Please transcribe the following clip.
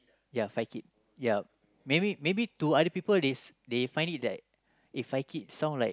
ya Fai kid ya maybe maybe to other people they find it that eh Fai kid sound like